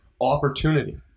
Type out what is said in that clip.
opportunity